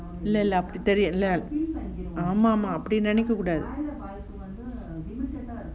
ஆமா ஆமா அப்டி நினைக்ககூடாது:aama amaa apdi nenaikkakkoodaathu